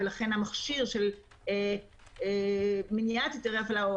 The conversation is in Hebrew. לכן המכשיר של מניעת היתרי הפעלה או